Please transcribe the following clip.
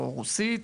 או רוסית,